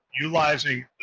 utilizing